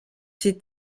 ses